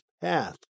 path